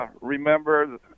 Remember